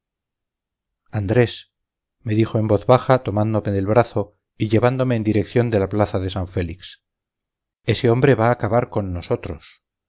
andrés me dijo en voz baja tomándome del brazo y llevándome en dirección de la plaza de san félix ese hombre va a acabar con nosotros